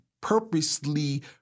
purposely